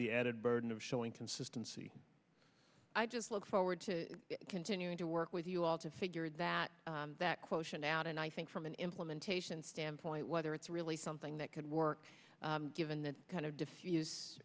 the added burden of showing consistency i just look forward to continuing to work with you all to figure that that quotient out and i think from an implementation standpoint whether it's really something that could work given that kind of diffuse